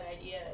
idea